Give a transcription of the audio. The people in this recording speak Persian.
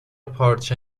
پارچه